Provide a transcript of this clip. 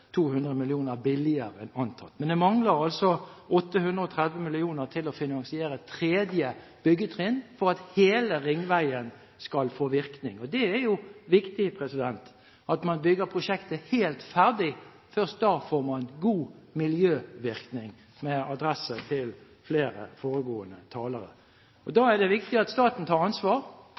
200 mill. kr billigere enn antatt. Men det mangler altså 830 mill. kr til å finansiere tredje byggetrinn for at hele ringveien skal få virkning. Det er jo viktig at man bygger prosjektet helt ferdig. Først da får man god miljøvirkning – med adresse til flere foregående talere. Da er det viktig at staten tar ansvar.